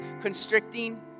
constricting